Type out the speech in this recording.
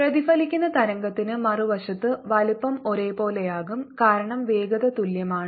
പ്രതിഫലിക്കുന്ന തരംഗത്തിന് മറുവശത്ത് വലുപ്പം ഒരുപോലെയാകും കാരണം വേഗത തുല്യമാണ്